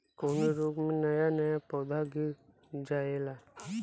कवने रोग में नया नया पौधा गिर जयेला?